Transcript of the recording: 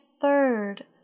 third